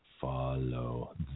Follow